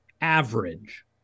average